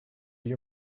you